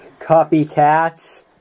Copycats